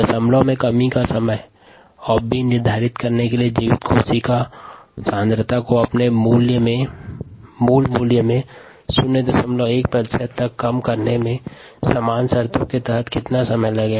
दशमलव में कमी का समय और b निर्धारित करने के लिए जीवित कोशिका सांद्रता को अपने मूल मान के 01 प्रतिशत् तक कम करने में समान शर्तों के तहत कितना समय लगेगा